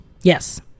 yes